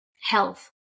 health